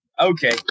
Okay